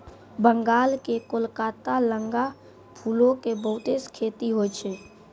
बंगाल के कोलकाता लगां फूलो के बहुते खेती होय छै